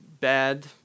bad